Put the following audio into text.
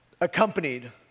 accompanied